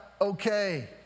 okay